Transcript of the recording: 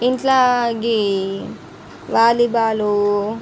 ఇంట్లో ఈ వాలీబాలు